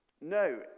No